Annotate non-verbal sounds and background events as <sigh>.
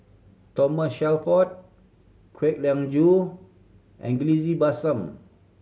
Thomas Shelford Kwek Leng Joo and <unintelligible> Bassan